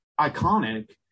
iconic